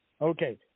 Okay